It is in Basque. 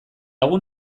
egun